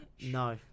No